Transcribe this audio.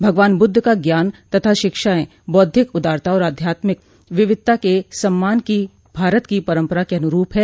भगवान बुद्ध का ज्ञान तथा शिक्षाएं बौद्धिक उदारता और आध्यात्मिक विविधता के सम्मान की भारत की परम्परा के अनुरूप ह